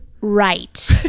Right